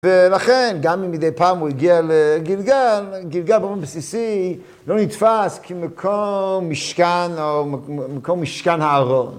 ולכן, גם אם מדי פעם הוא הגיע לגילגל, גילגל במובן בסיסי לא נתפס כמקום משכן או מקום משכן הארון.